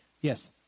Yes